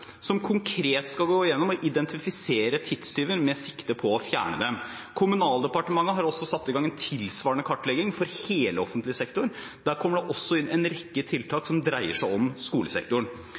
som konkret skal gå igjennom og identifisere tidstyver, med sikte på å fjerne dem. Kommunaldepartementet har satt i gang en tilsvarende kartlegging for hele offentlig sektor. Der kommer det også inn en rekke tiltak som dreier seg om skolesektoren.